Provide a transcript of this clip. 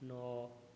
ନଅ